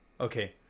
okay